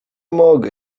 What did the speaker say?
mogę